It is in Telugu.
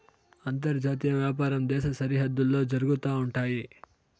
అంతర్జాతీయ వ్యాపారం దేశ సరిహద్దుల్లో జరుగుతా ఉంటయి